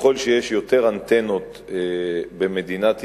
שככל שיש יותר אנטנות במדינת ישראל,